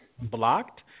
blocked